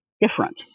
different